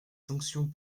sanctions